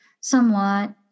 somewhat